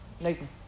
Nathan